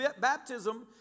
baptism